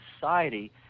society